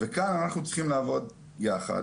כאן אנחנו צריכים לעבוד יחד.